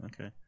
Okay